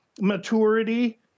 maturity